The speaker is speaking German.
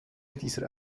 dieser